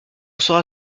sera